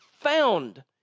found